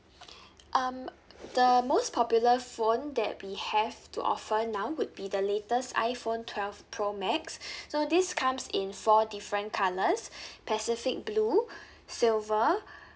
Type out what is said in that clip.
um the most popular phone that we have to offer now would be the latest iphone twelve pro max so this comes in four different colours pacific blue silver